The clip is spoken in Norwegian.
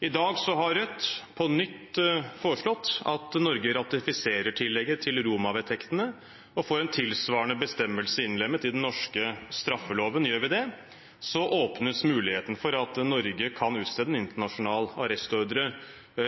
I dag har Rødt på nytt foreslått at Norge ratifiserer tillegget til Roma-vedtektene og får en tilsvarende bestemmelse innlemmet i den norske straffeloven. Gjør vi det, åpnes muligheten for at Norge kan utstede en internasjonal arrestordre